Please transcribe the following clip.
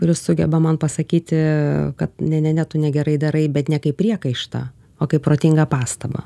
kuris sugeba man pasakyti kad ne ne ne tu negerai darai bet ne kaip priekaištą o kaip protingą pastabą